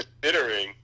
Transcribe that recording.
considering